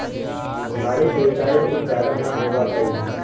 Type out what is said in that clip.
झाड़ि के ऊँचाई बहुत ज्यादा न होवऽ हई